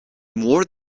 more